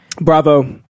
Bravo